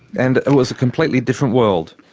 and it was a completely different world.